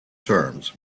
terms